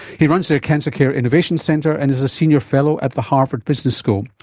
he runs their cancer care innovation centre and is a senior fellow at the harvard business school.